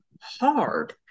hard